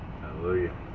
Hallelujah